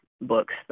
books